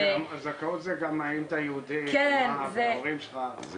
הזכאות זה גם האם אתה יהודי, ההורים שלך.